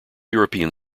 european